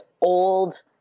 old